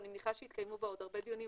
אני מניחה שיתקיימו בה עוד הרבה דיונים,